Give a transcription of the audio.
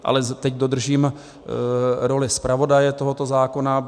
Ale teď dodržím roli zpravodaje tohoto zákona.